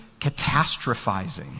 catastrophizing